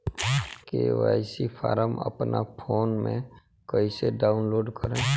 KYC form अपना phone मे कइसे डाऊनलोड करेम?